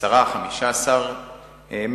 10 מגה, 15 מגה.